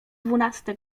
dwunasta